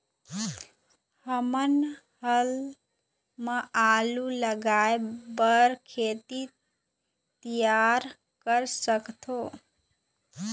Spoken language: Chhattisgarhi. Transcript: हमन हाल मा आलू लगाइ बर खेत तियार कर सकथों?